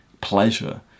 pleasure